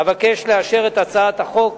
אבקש לאשר את הצעת החוק